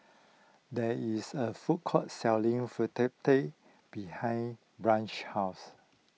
there is a food court selling Fritada behind Branch's house